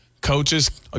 Coaches